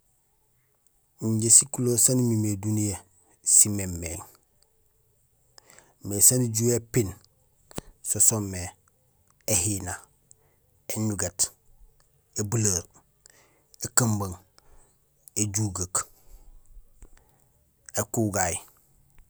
Injé sikuleer sanjé imimé duniyee simémééŋ mais saan ijuhé ipiin so soomé éñugét, éjugeek, éhina, ébuleer, ékumbung, éfututuut, ékugay.